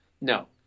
No